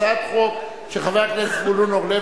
הצעת חוק של חבר הכנסת זבולון אורלב.